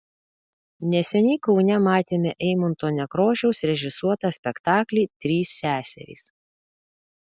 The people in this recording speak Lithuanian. neseniai kaune matėme eimunto nekrošiaus režisuotą spektaklį trys seserys